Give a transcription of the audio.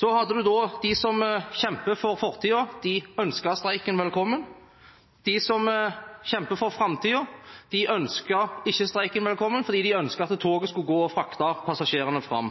De som kjemper for fortiden, ønsket streiken velkommen. De som kjemper for framtiden, ønsket ikke streiken velkommen, for de ønsker at toget skal gå og frakte passasjerene fram.